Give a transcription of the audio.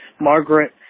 Margaret